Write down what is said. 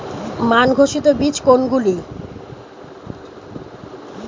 মান ঘোষিত বীজ কোনগুলি?